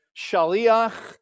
shaliach